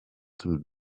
dem